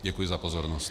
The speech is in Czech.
Děkuji za pozornost.